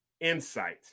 insight